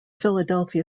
philadelphia